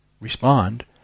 respond